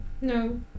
No